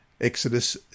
exodus